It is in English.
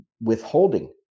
withholding